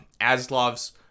Aslov's